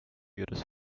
ihres